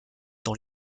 dans